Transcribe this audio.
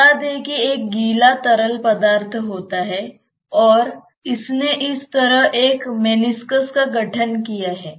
बता दें कि एक गीला तरल पदार्थ होता है और इसने इस तरह एक मेनिस्कस का गठन किया है